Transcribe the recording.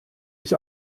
ich